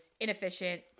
inefficient